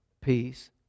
peace